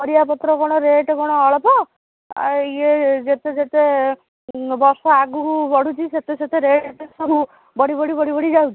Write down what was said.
ପରିବା ପତ୍ର କ'ଣ ରେଟ୍ କ'ଣ ଅଳପ ଆଉ ଇଏ ଯେତେ ଯେତେ ବର୍ଷ ଆଗକୁ ବଢୁଛି ସେତେ ସେତେ ରେଟ୍ ସବୁ ବଢ଼ି ବଢ଼ି ବଢ଼ି ବଢ଼ି ଯାଉଛି